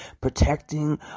protecting